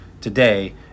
today